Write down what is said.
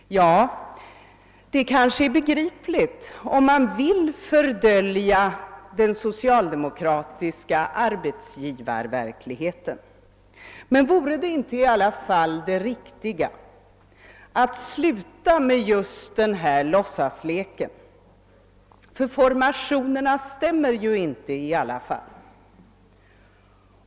Ja, det kanske är begripligt om man vill fördölja den socialdemokratiska arbetsgivarverkligheten. Men vore det i alla fall inte riktigt att sluta med denna låtsaslek; formationerna stämmer ju i alla fall inte?